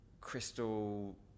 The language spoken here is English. crystal